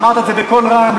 ואמרת את זה בקול רם,